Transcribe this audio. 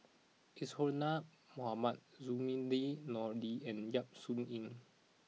Isadhora Mohamed Zainudin Nordin and Yap Su Yin